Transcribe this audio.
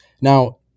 Now